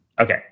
Okay